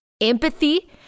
empathy